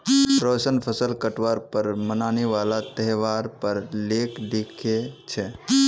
रोशन फसल काटवार पर मनाने वाला त्योहार पर लेख लिखे छे